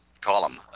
column